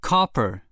Copper